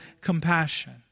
compassion